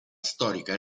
storica